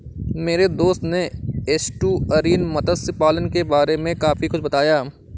मेरे दोस्त ने एस्टुअरीन मत्स्य पालन के बारे में काफी कुछ बताया